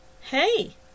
Hey